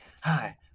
Hi